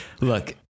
look